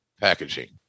packaging